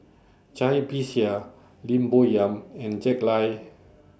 Cai Bixia Lim Bo Yam and Jack Lai